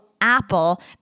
Apple